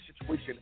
situation